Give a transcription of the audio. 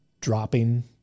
dropping